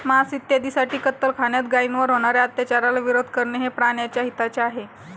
मांस इत्यादींसाठी कत्तलखान्यात गायींवर होणार्या अत्याचाराला विरोध करणे हे प्राण्याच्या हिताचे आहे